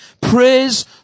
Praise